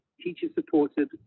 teacher-supported